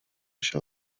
się